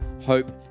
hope